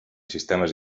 sistemes